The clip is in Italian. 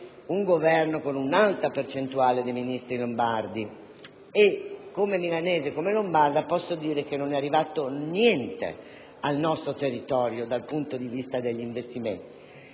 un Governo con un'alta percentuale di Ministri lombardi: tuttavia, come milanese e come lombarda, posso assicurare che non è arrivato niente al nostro territorio, dal punto di vista degli investimenti.